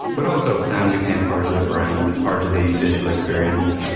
but also sound became part of their brand, part of the digital experience.